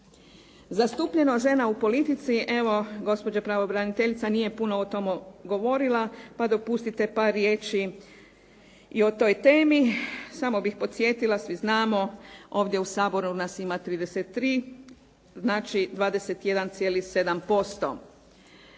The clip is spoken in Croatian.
Zastupljenost žena u politici evo gospođa pravobraniteljica nije puno o tome govorila pa dopustite par riječi i o toj temi. Samo bih podsjetila svi znamo ovdje u Saboru nas ima 33, znači 21,7%.